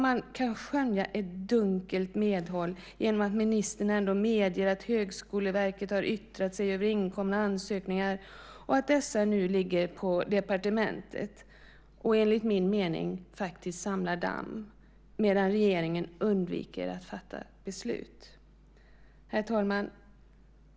Man kan skönja ett dunkelt medhåll genom att ministern ändå medger att Högskoleverket har yttrat sig över inkomna ansökningar och att dessa nu ligger på departementet och enligt min mening faktiskt samlar damm medan regeringen undviker att fatta beslut. Herr talman!